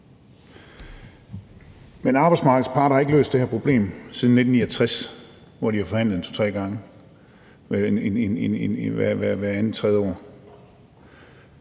Men arbejdsmarkedets parter har ikke løst det her problem siden 1969, hvor de har forhandlet hvert andet-tredje år,